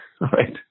right